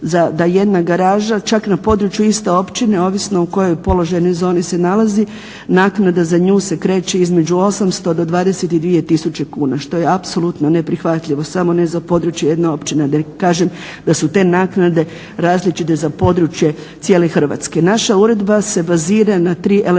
da jedna garaža, čak na području iste općine ovisno u kojoj položajnoj zoni se nalazi, naknada za nju se kreće između 800 do 22 tisuće kuna, što je apsolutno neprihvatljivo. Samo ne za područje jedne općine, da ne kažem da su te naknade različite za područje cijele Hrvatske.